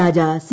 Raja C